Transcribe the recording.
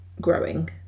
growing